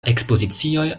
ekspozicioj